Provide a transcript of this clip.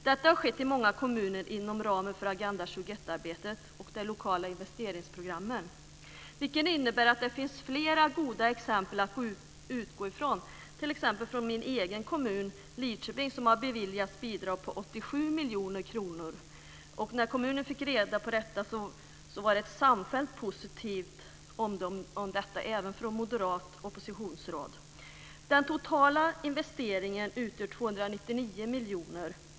Detta har skett i många kommuner inom ramen för Agenda 21-arbetet och de lokala investeringsprogrammen, vilket innebär att det finns flera goda exempel att utgå ifrån. Min egen kommun, Lidköping, har t.ex. beviljats bidrag på 87 miljoner kronor. När kommunen fick reda på detta kom det ett samfällt positivt omdöme, även från moderat oppositionsråd. Den totala investeringen utgör 299 miljoner.